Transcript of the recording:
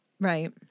Right